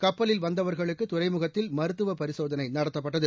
கப்பலில் வந்தவா்களுக்கு துறைமுகத்தில் மருத்துவப் பரிசோதனை நடத்தப்பட்டது